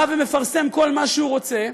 בא ומפרסם כל מה שהוא רוצה.